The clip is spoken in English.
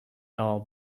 all